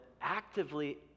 actively